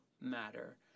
matter